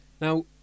Now